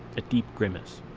a deep grimace,